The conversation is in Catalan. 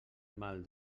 mal